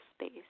Space